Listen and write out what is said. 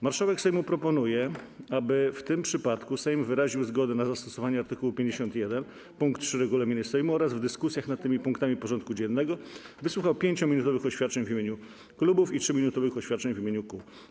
Marszałek Sejmu proponuje, aby w tym przypadku Sejm wyraził zgodę na zastosowanie art. 51 pkt 3 regulaminu Sejmu oraz w dyskusjach nad tymi punktami porządku dziennego wysłuchał 5-minutowych oświadczeń w imieniu klubów i 3-minutowych oświadczeń w imieniu kół.